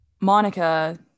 Monica